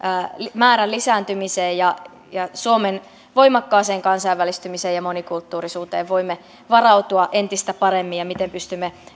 määrän lisääntymiseen suomen voimakkaaseen kansainvälistymiseen ja monikulttuurisuuteen voimme varautua entistä paremmin ja miten pystymme